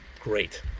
great